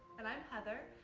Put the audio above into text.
and i'm heather,